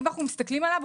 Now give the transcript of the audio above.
אם אנחנו מסתכלים עליו,